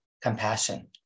compassion